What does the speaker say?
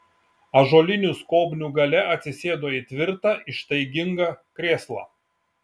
ąžuolinių skobnių gale atsisėdo į tvirtą ištaigingą krėslą